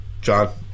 John